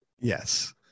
Yes